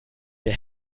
der